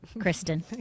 Kristen